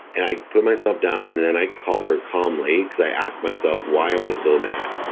and i put myself down and then i called her calmly, because i asked myself, why am i so mad?